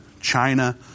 China